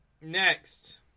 next